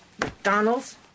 mcdonald's